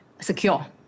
secure